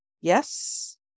yes